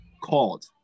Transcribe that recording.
called